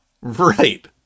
right